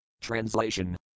Translation